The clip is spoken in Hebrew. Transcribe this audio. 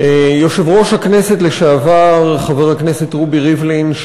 יושב-ראש הכנסת לשעבר חבר הכנסת רובי ריבלין,